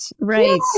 Right